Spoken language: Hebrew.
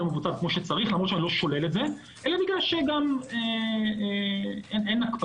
מבוצעת כמו שצריך למרות שאני לא שולל את זה אלא בגלל שאין הקפדה,